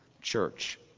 church